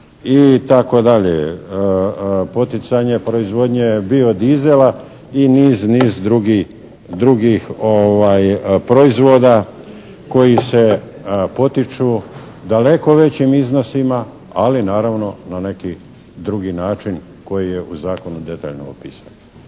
riba itd. Poticanje proizvodnje bio dizela i niz, niz drugih proizvoda koji se potiču daleko većim iznosima, ali naravno na neki drugi način koji je u zakonu detaljno opisan.